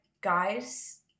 guys